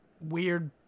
weird